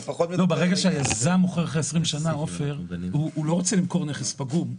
ברגע שהיזם מוכר אחרי 20 שנה הוא לא רוצה למכור נכס פגום.